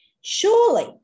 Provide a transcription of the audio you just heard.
surely